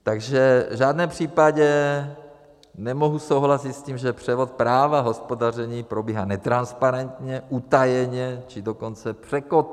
Takže v žádném případě nemohu souhlasit s tím, že převod práva hospodaření probíhá netransparentně, utajeně, či dokonce překotně.